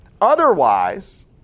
Otherwise